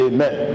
Amen